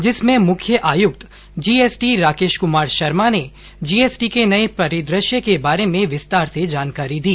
जिसमें मुख्य आयुक्त जीएसटी राकेश कुमार शर्मा ने जीएसटी के नये परिदृश्य के बारे में विस्तार से जानकारी दी